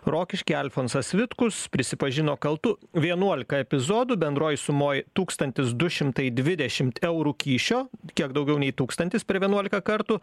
rokišky alfonsas vitkus prisipažino kaltu vienuolika epizodų bendroj sumoj tūkstantis du šimtai dvidešimt eurų kyšio kiek daugiau nei tūkstantis per vienuolika kartų